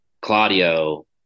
claudio